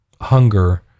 hunger